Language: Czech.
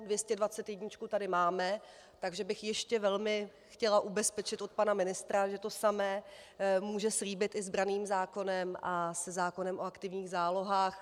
Dvěstědvacetjedničku tady máme, takže bych ještě velmi chtěla ubezpečit od pana ministra, že to samé může slíbit i s branným zákonem a se zákonem o aktivních zálohách.